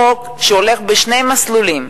חוק שהולך בשני מסלולים: